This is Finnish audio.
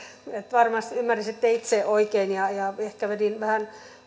varmasti ymmärsitte itse oikein ja ja ehkä vedin vähän